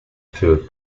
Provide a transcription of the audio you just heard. fur